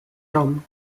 nom